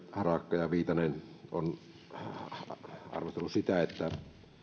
harakka ja ja viitanen ovat arvostelleet sitä että